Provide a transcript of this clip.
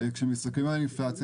כשמסתכלים על אינפלציה,